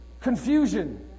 Confusion